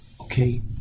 Okay